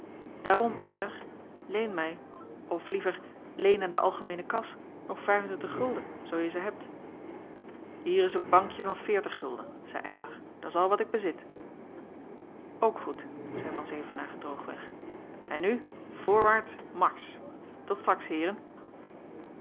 eylar leen mij of liever leen aan de algemeene kas nog zoo je ze hebt hier is een bankje van veertig gulden zeî eylar dat's al wat ik bezit ook goed zeî van zevenaer droogweg en nu voorwaarts marsch tot straks heeren